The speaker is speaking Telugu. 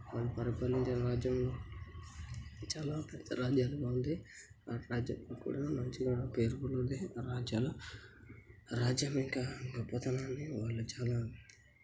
వాళ్ళు పరిపాలించిన రాజ్యంలో చాలా పెద్ద రాజ్యాలుగా ఉంది ఆ రాజ్యం కూడా మంచిగా పేరు పొందింది ఆ రాజ్యాలు ఆ రాజ్యం ఇంకా గొప్పతనాన్ని వాళ్ళు చాలా